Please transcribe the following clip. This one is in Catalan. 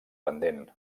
pendent